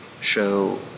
show